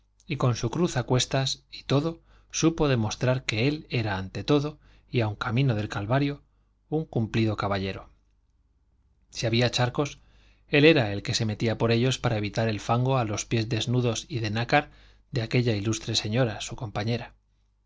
y con su cruz a cuestas y todo supo demostrar que él era ante todo y aun camino del calvario un cumplido caballero si había charcos él era el que se metía por ellos para evitar el fango a los pies desnudos y de nácar de aquella ilustre señora su compañera